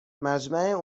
مجمع